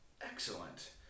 Excellent